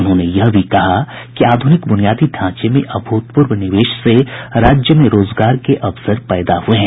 उन्होंने यह भी कहा कि आधुनिक बुनियादी ढांचे में अभूतपूर्व निवेश से राज्य में रोजगार के अवसर पैदा हुए हैं